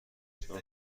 چون